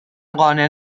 قانع